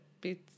bit